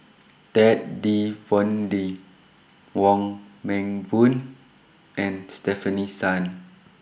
Ted De Ponti Wong Meng Voon and Stefanie Sun